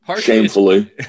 shamefully